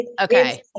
Okay